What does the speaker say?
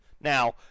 Now